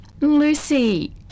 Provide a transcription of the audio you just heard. Lucy